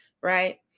right